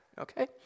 okay